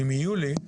אם יהיו לי,